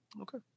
Okay